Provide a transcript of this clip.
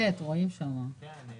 הנושא